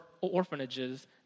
orphanages